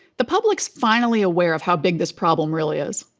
the public's finally aware of how big this problem really is.